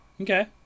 Okay